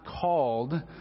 called